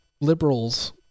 liberals